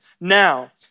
Now